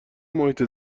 محیط